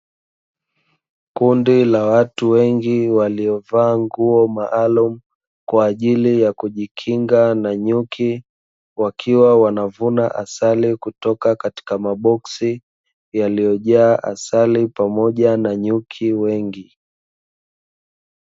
Kundi la watu wengi waliovaa nguo maalumu kwa ajili ya kujikinga na nyuki, wakiwa wanavuna asali kutoka katika maboksi yaliyojaa asali pamoja na nyuki wengi.